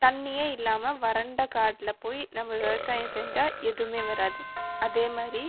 தண்ணியே இல்லாமல் வறண்ட காட்டில் போய் நம்ம விவசாயம் செஞ்சால் எதுவுமே வராது அதே மாதிரி